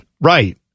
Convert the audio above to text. Right